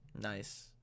nice